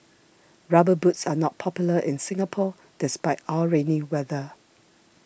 rubber boots are not popular in Singapore despite our rainy weather